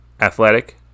athletic